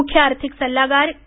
मुख्य आर्थिक सल्लागार के